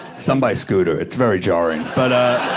some by scooter, it's very jarring, but.